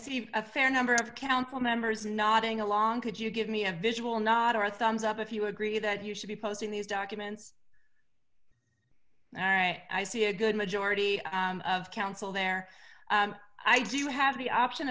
see a fair number of council members nodding along could you give me a visual nod or a thumbs up if you agree that you should be posting these documents all right i see a good mood of counsel there i do have the option